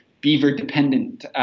beaver-dependent